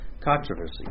controversy